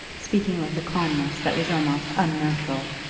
speaking with a calmness that was almost unnatural,